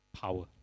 power